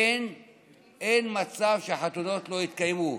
אין מצב שהחתונות לא יתקיימו,